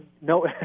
no